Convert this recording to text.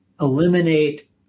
eliminate